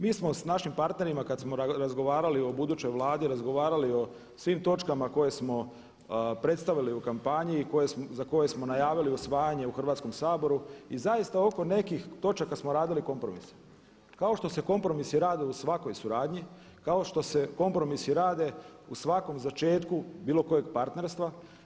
Mi smo s našim partnerima kada smo razgovarali o budućoj Vladi razgovarali o svim točkama koje smo predstavili u kampanji i za koje smo najavili usvajanje u Hrvatskom saboru i zaista oko nekih točaka smo radili kompromise, kao što se kompromisi rade u svakoj suradnji, kao što se kompromisi rade u svakom začetku bilo kojeg partnerstva.